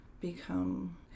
become